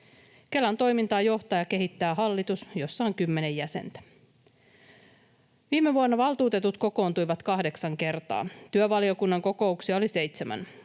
Kelan toimintaa johtaa ja kehittää hallitus, jossa on kymmenen jäsentä. Viime vuonna valtuutetut kokoontuivat kahdeksan kertaa. Työvaliokunnan kokouksia oli seitsemän.